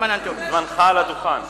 זמנך על הדוכן.